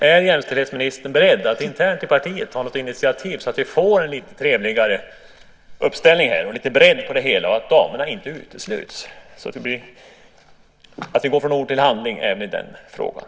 Är jämställdhetsministern beredd att internt i partiet ta ett initiativ så att vi får en lite trevligare uppställning här och lite bredd på det hela och så att damerna inte utesluts? Då kan vi gå från ord till handling även i den frågan.